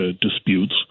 disputes